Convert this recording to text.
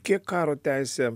kiek karo teisė